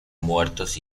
muertos